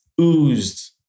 oozed